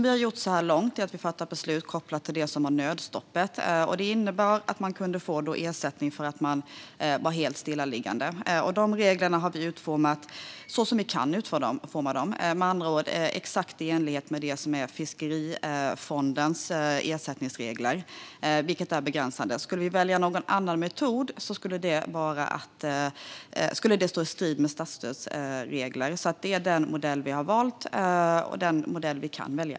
Vi har så här långt fattat beslut kopplat till nödstoppet. Det innebar att man kunde få ersättning för att man var helt stillaliggande. De reglerna har vi utformat så som vi kan utforma dem, det vill säga exakt i enlighet med Fiskerifondens ersättningsregler, som är begränsande. Skulle vi välja någon annan metod skulle det stå i strid med statsstödsregler. Det är alltså denna modell vi har valt och kan välja.